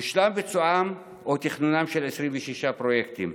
הושלם ביצועם או תכנונם של 26 פרויקטים.